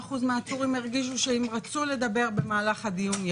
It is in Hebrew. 74% מהעצורים הרגישו שאם רצו לדבר במהלך הדיון,